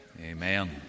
Amen